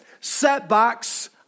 setbacks